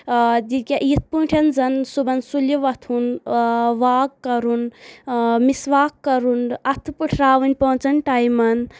آ یہِ کیا یتھ پٲتٹھۍ زن صبحَن سُلہِ وَتھُن آ واک کرُن مسواک کرُن اتھہٕ پٹھراوٕنۍ پانژن ٹایمن